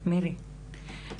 מירי, מירי,